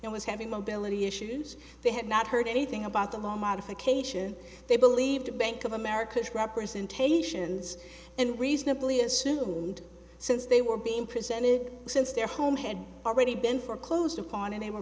and was having mobility issues they had not heard anything about the modification they believed bank of america's representations and reasonably assumed since they were being presented since their home had already been foreclosed upon and they were